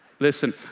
Listen